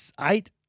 eight